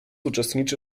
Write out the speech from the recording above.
uczestniczy